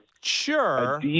Sure